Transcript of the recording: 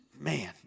man